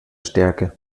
stärke